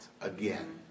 again